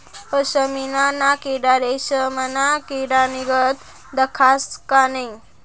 पशमीना ना किडा रेशमना किडानीगत दखास का नै